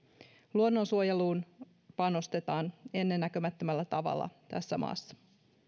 luonnonsuojeluun panostetaan ennennäkemättömällä tavalla tässä maassa